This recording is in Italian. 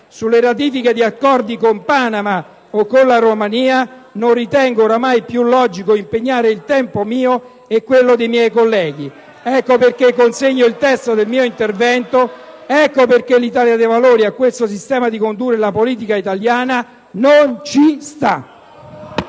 sulle ratifiche di accordi con Panama o con la Romania non ritengo ormai più logico impegnare il tempo mio e quello dei colleghi. Ecco perché consegnerò il testo dei miei interventi. Ecco perché l'Italia dei Valori a questo sistema di condurre la politica estera non ci sta.